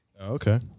Okay